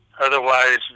otherwise